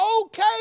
okay